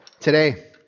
Today